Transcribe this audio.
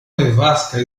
nevasca